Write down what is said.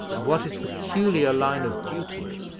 and what his peculiar line of duty,